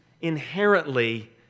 inherently